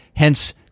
hence